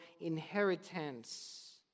inheritance